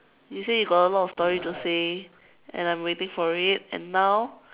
you say you got a lot of story to say and I'm waiting for it and now